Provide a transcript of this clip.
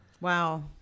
Wow